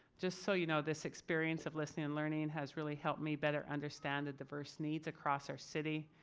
just so you know this experience of listening and learning has really helped me better understand the diverse needs across our city.